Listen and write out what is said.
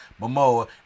momoa